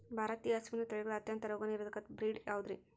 ಭಾರತೇಯ ಹಸುವಿನ ತಳಿಗಳ ಅತ್ಯಂತ ರೋಗನಿರೋಧಕ ಬ್ರೇಡ್ ಯಾವುದ್ರಿ?